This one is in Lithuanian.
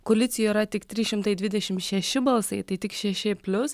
koalicijoj yra tik trys šimtai dvidešim šeši balsai tai tik šeši plius